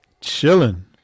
Chilling